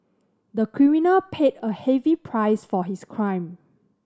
the criminal paid a heavy price for his crime